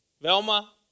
Velma